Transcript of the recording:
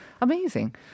Amazing